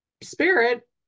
spirit